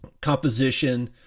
composition